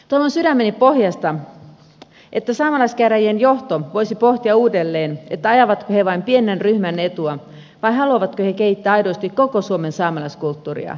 toivon sydämeni pohjasta että saamelaiskäräjien johto voisi pohtia uudelleen ajavatko he vain pienen ryhmän etua vai haluavatko he kehittää aidosti koko suomen saamelaiskulttuuria